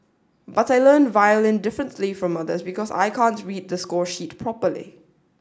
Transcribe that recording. but I learn violin differently from others because I can't read the score sheet properly